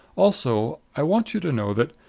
also, i want you to know that,